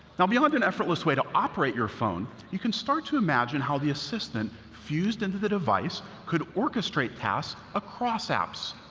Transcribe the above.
now, beyond an effortless way to operate your phone, you can start to imagine how the assistant fused into the device could orchestrate tasks across apps.